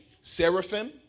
Seraphim